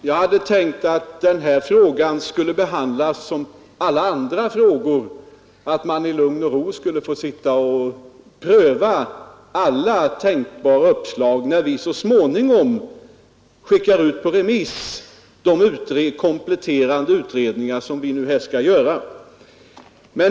Herr talman! Jag hade tänkt att denna fråga skulle behandlas som alla andra. I lugn och ro skulle vi få pröva alla tänkbara uppslag för att så småningom kunna skicka ut på remiss resultaten av de kompletterande utredningar som skall göras.